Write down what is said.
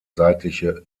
seitliche